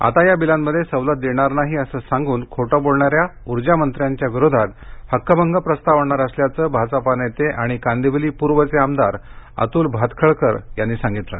आता या बिलांमध्ये सवलत देणार नाही असे सांगून खोटे बोलणाऱ्या ऊर्जामंत्र्यांच्या विरोधात हक्कभंग प्रस्ताव आणणार असल्याचं भाजपानेते आणि कांदिवली पूर्वचे आमदार अतुल भातखळकर यांनी सांगितलं आहे